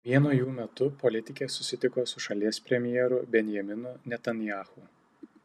vieno jų metu politikė susitiko su šalies premjeru benjaminu netanyahu